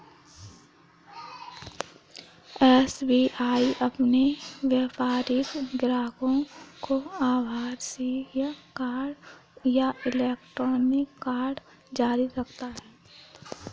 SBI अपने व्यापारिक ग्राहकों को आभासीय कार्ड या इलेक्ट्रॉनिक कार्ड जारी करता है